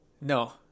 No